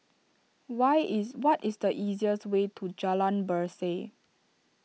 why is what is the easiest way to Jalan Berseh